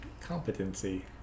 competency